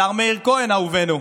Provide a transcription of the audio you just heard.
השר מאיר כהן, אהובנו,